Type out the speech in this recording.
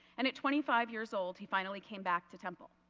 and at twenty five years old he finally came back to temple.